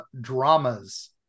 dramas